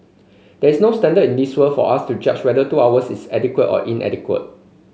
there is no standard in this world for us to judge whether two hours is adequate or inadequate